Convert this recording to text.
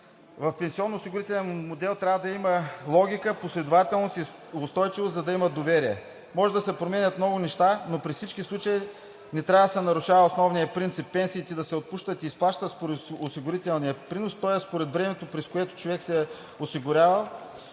В пенсионноосигурителния модел трябва да има логика, последователност и устойчивост, за да има доверие. Може да се променят много неща, но при всички случаи не трябва да се нарушава основният принцип – пенсиите да се отпущат и изплащат според осигурителния принос, тоест според времето, през което човек се е осигурявал